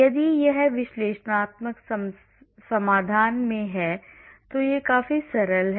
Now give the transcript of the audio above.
यदि यह विश्लेषणात्मक समाधान में है तो यह काफी सरल है